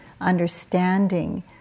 understanding